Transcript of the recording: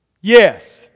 Yes